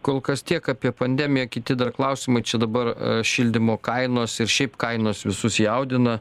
kol kas tiek apie pandemiją kiti klausimai čia dabar šildymo kainos ir šiaip kainos visus jaudina